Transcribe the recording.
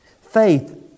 Faith